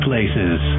Places